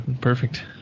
perfect